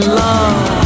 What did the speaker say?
love